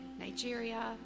Nigeria